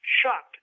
Shocked